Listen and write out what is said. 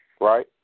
Right